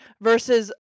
versus